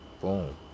boom